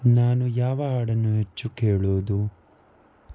ನಾನು ಯಾವ ಹಾಡನ್ನು ಹೆಚ್ಚು ಕೇಳೋದು